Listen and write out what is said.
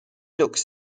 looks